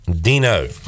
dino